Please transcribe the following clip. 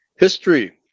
History